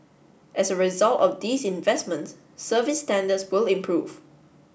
as a result of these investments service standards will improve